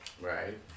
Right